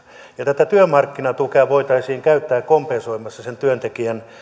ja tätä työmarkkinatukea voitaisiin käyttää kompensoimassa sen työntekijän